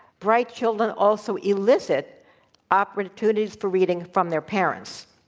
bright children also elicit opportunities for reading from their parents.